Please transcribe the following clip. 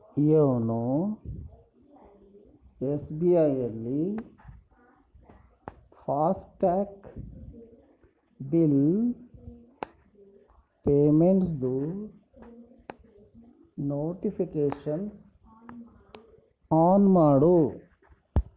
YONO S B ಐಯಲ್ಲಿ FASTag bill ಪೇಮೆಂಟ್ಸ್ದು notifications on ಮಾಡು